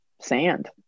sand